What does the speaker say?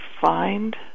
find